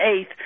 eighth